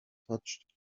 touched